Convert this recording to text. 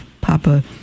Papa